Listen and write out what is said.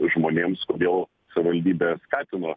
žmonėms kodėl savivaldybė skatino